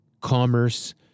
commerce